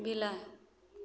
बिलाड़ि